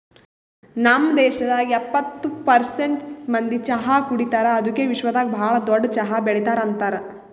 ನಮ್ ದೇಶದಾಗ್ ಎಪ್ಪತ್ತು ಪರ್ಸೆಂಟ್ ಮಂದಿ ಚಹಾ ಕುಡಿತಾರ್ ಅದುಕೆ ವಿಶ್ವದಾಗ್ ಭಾಳ ದೊಡ್ಡ ಚಹಾ ಬೆಳಿತಾರ್ ಅಂತರ್